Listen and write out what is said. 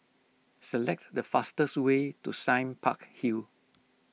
select the fastest way to Sime Park Hill